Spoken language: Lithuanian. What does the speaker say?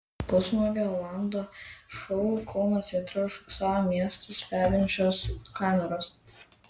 pusnuogio olando šou kauno centre užfiksavo miestą stebinčios kameros